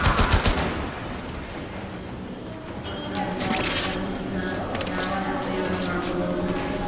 SBI ದವ್ರು ಕೊಟ್ಟ reward points ನ ಯಾವಾಗ ಉಪಯೋಗ ಮಾಡ್ಕೋಬಹುದು?